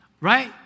right